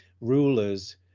rulers